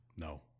No